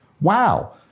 Wow